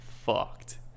fucked